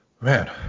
man